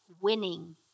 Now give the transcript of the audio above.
winning